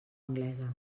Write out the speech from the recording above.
anglesa